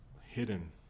hidden